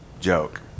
joke